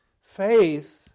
Faith